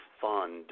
fund